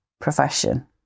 profession